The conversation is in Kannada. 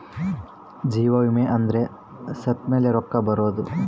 ಜೀವ ವಿಮೆ ಅಂದ್ರ ಸತ್ತ್ಮೆಲೆ ರೊಕ್ಕ ಬರೋದು